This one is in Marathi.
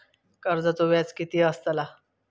कर्जाचो व्याज कीती असताला?